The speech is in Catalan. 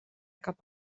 cap